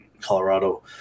Colorado